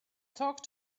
talk